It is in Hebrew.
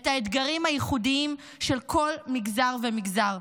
את האתגרים הייחודיים של כל מגזר ומגזר.